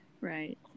Right